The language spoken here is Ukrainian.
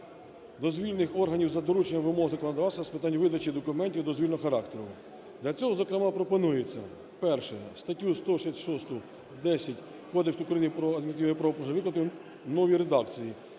дозвільних органів за порушення вимог законодавства з питань видачі документів дозвільного характеру. Для цього зокрема пропонується: Перше. Статтю 166-10 Кодексу України про адміністративні правопорушення викласти у новій редакції,